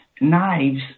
knives